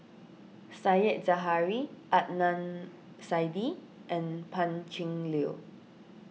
Said Zahari Adnan Saidi and Pan Cheng Lui